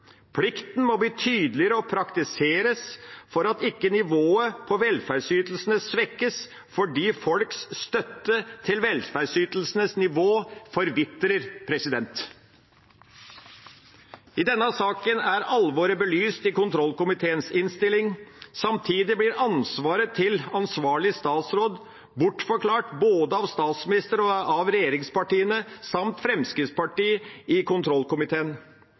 fordi folks støtte til velferdsytelsenes nivå forvitrer. I denne saken er alvoret belyst i kontrollkomiteens innstilling. Samtidig blir ansvaret til ansvarlig statsråd bortforklart av både statsministeren og regjeringspartiene samt Fremskrittspartiet i kontrollkomiteen.